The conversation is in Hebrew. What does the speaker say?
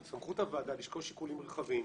שסמכות הוועדה לשקול שיקולים רחבים,